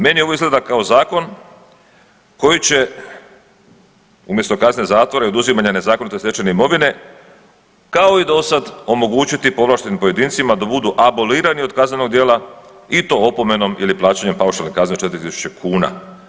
Meni ovo izgleda kao zakon koji će umjesto kazne zatvora i oduzimanja nezakonito stečene imovine kao i do sad omogućiti povlaštenim pojedincima da budu abolirani od kaznenog djela i to opomenom ili plaćanjem paušalne kazne od 3000 kuna.